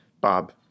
Bob